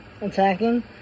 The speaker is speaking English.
attacking